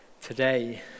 today